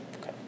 Okay